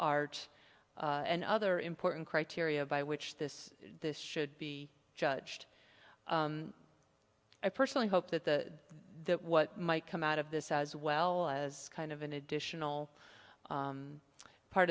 art and other important criteria by which this this should be judged i personally hope that the that what might come out of this as well as kind of an additional part